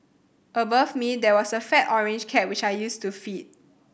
above me there was a fat orange cat which I used to feed